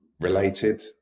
related